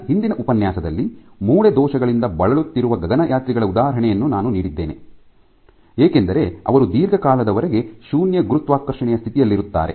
ನನ್ನ ಹಿಂದಿನ ಉಪನ್ಯಾಸದಲ್ಲಿ ಮೂಳೆ ದೋಷಗಳಿಂದ ಬಳಲುತ್ತಿರುವ ಗಗನಯಾತ್ರಿಗಳ ಉದಾಹರಣೆಯನ್ನು ನಾನು ನೀಡಿದ್ದೇನೆ ಏಕೆಂದರೆ ಅವರು ದೀರ್ಘಕಾಲದವರೆಗೆ ಶೂನ್ಯ ಗುರುತ್ವಾಕರ್ಷಣೆಯ ಸ್ಥಿತಿಯಲ್ಲಿರುತ್ತಾರೆ